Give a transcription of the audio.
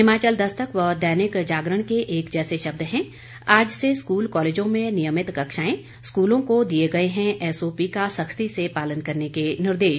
हिमाचल दस्तक व दैनिक जागरण के एक जैसे शब्द हैं आज से स्कूल कॉलेजों में नियमित कक्षाएं स्कूलों को दिये गए हैं एसओपी का सख्ती से पालन करने के निर्देश